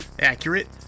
Accurate